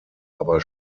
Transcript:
aber